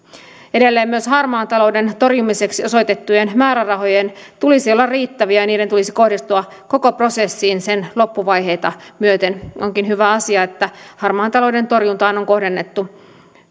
edelleen myös harmaan talouden torjumiseksi osoitettujen määrärahojen tulisi olla riittäviä ja niiden tulisi kohdistua koko prosessiin sen loppuvaiheita myöten onkin hyvä asia että harmaan talouden torjuntaan on kohdennettu